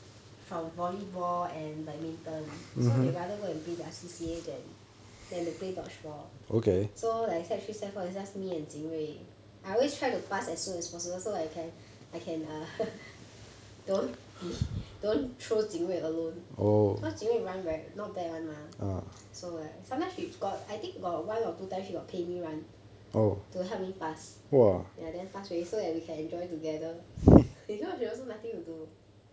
from volleyball and badminton so they rather go and play their C_C_A than than to play dodge ball so like sec three sec four it's just me and jin rui I always try to pass as soon as possible so I can I can err don't be don't throw jin rui alone because run very not bad [one] mah so like sometime she got I think she got one or two time 陪 me run to help me pass ya then pass already so that we can enjoy together if not she also nothing to do